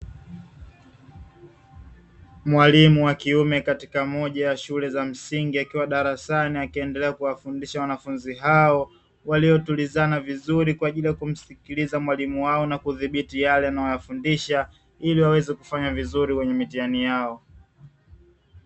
Mwalimu wa kiume katika moja ya shule za msingi akiwa darasani akiendelea kuwafundisha wanafunzi hao. Waliotulizana vizuri kwa ajili ya kumsikiliza mwalimu wao na kudhibiti yale anayowafundisha ili waweze kufanya vizuri katika mitihani yao.